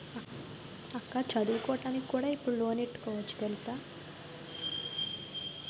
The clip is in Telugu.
అక్కా చదువుకోడానికి కూడా ఇప్పుడు లోనెట్టుకోవచ్చు తెలుసా?